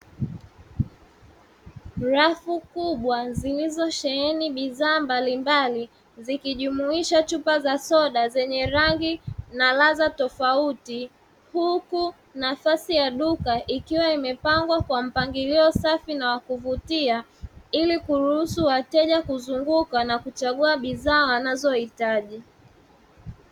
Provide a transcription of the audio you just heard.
Rafu kubwa zilizosheheni bidhaa mbalimbali, zikijumuisha chupa za soda zenye rangi na ladha tofauti; huku nafasi ya duka ikiwa imepangwa kwa mpangilio safi na wa kuvutia ili kuruhusu wateja kuzunguka na kuchagua bidhaa wanazohitaji.